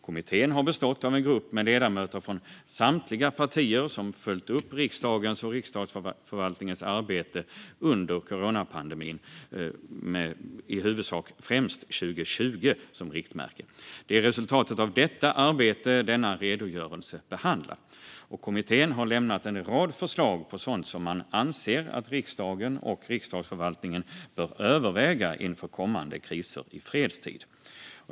Kommittén har bestått av en grupp med ledamöter från samtliga partier. Den har följt upp riksdagens och Riksdagsförvaltningens arbete under coronapandemin med i huvudsak 2020 som riktmärke. Det är resultatet av detta arbete som denna redogörelse behandlar. Kommittén har lämnat en rad förslag på sådant som man anser att riksdagen och Riksdagsförvaltningen bör överväga inför kommande kriser i fredstid.